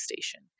Station